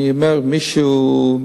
אני אומר: מי שהוא,